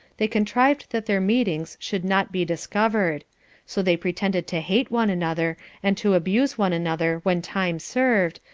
they contrived that their meetings should not be discovered so they pretended to hate one another, and to abuse one another when time served,